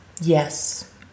Yes